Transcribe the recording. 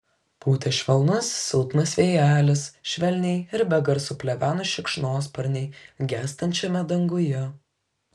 pūtė švelnus silpnas vėjelis švelniai ir be garso pleveno šikšnosparniai gęstančiame danguje